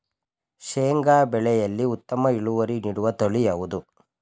ಶೇಂಗಾ ಬೆಳೆಯಲ್ಲಿ ಉತ್ತಮ ಇಳುವರಿ ನೀಡುವ ತಳಿ ಯಾವುದು?